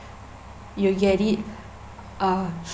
you get it uh